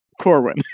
Corwin